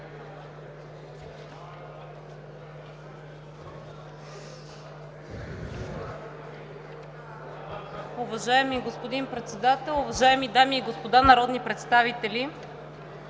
Уважаеми господин Председател, уважаеми дами и господа народни представители!